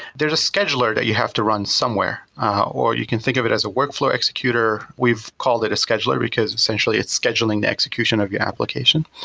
there is a scheduler that you have to run somewhere or you can think of it as a workflow executor. we've called it a scheduler because essentially it's scheduling the execution of your application.